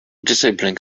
disabling